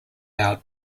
out